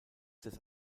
des